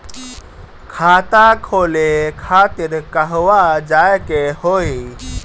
खाता खोले खातिर कहवा जाए के होइ?